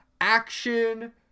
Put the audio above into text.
action